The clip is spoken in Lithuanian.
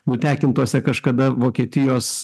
nutekintuose kažkada vokietijos